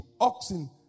oxen